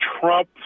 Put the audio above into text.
Trump